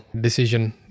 decision